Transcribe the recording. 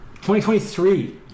2023